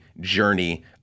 journey